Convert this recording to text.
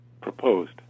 Proposed